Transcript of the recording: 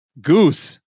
goose